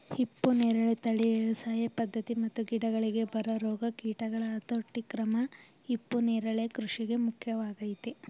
ಹಿಪ್ಪುನೇರಳೆ ತಳಿ ವ್ಯವಸಾಯ ಪದ್ಧತಿ ಮತ್ತು ಗಿಡಗಳಿಗೆ ಬರೊ ರೋಗ ಕೀಟಗಳ ಹತೋಟಿಕ್ರಮ ಹಿಪ್ಪುನರಳೆ ಕೃಷಿಗೆ ಮುಖ್ಯವಾಗಯ್ತೆ